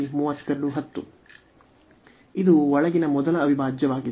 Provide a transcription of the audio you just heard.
ಇದು ಒಳಗಿನ ಮೊದಲ ಅವಿಭಾಜ್ಯವಾಗಿದೆ